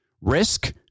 Risk